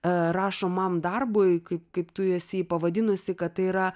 rašomam darbui kai kaip tu esi pavadinusi kad tai yra